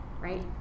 right